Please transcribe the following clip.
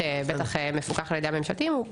שבטח מפוקח על ידי הממשלתיים,